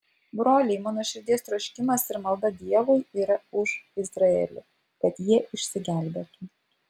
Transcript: broliai mano širdies troškimas ir malda dievui yra už izraelį kad jie išsigelbėtų